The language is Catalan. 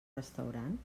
restaurant